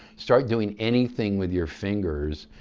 start doing anything with your fingers.